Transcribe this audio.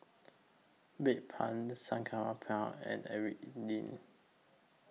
Bedpans Sangobion and